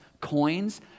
coins